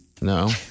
No